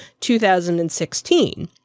2016